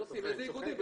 יוסי, באיזה איגודים?